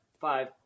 five